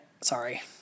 Sorry